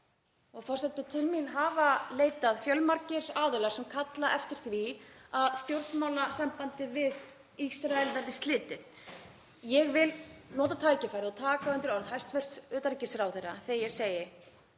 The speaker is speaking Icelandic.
Forseti. Til mín hafa leitað fjölmargir aðilar sem kalla eftir því að stjórnmálasambandi við Ísrael verði slitið. Ég vil nota tækifærið og taka undir orð hæstv. utanríkisráðherra þegar ég segi,